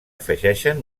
afegeixen